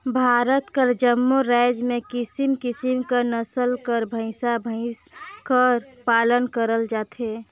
भारत कर जम्मो राएज में किसिम किसिम कर नसल कर भंइसा भंइस कर पालन करल जाथे